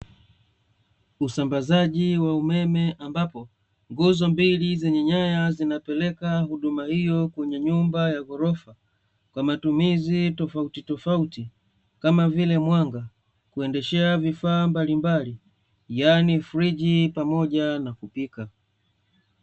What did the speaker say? Usambazaji wa umeme ambapo, nguzo mbili zenye nyaya zinapeleka huduma hiyo kwenye nyumba ya ghorofa, kwa matumizi tofautitofauti, kama vile: mwanga, kuendeshea vifaa mbalimbali yaani friji, pamoja na kupika.